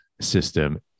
system